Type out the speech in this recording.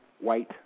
White